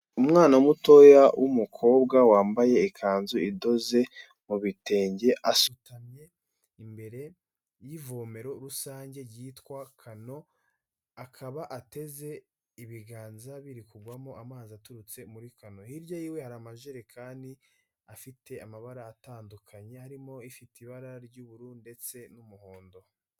Umwana mutoya w'umukobwa wambaye ikanzu idoze mu bitenge, asutamye imbere y'ivomero rusange ryitwa kano, akaba ateze ibiganza biri kugwamo amazi aturutse muri kano, hirya yiwe hari amajerekani afite amabara atandukanye harimo ifite ibara ry'ubururu ndetse n'umuhondo.